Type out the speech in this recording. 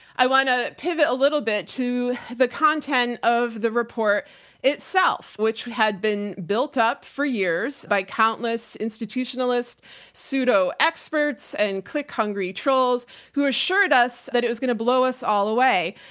i want to pivot a little bit to the content of the report itself, which had been built up for years by countless institutionalist pseudo experts and click hungry trolls who assured us that it was going to blow us all away.